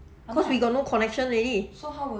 cause we got no connection already